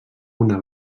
una